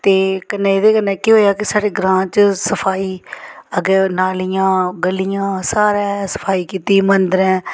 ते कन्नै एह्दे कन्नै केह् होएआ कि साढ़े ग्रांऽ च सफाई अग्गें नालियां गलियां सारै सफाई कीती मंदरें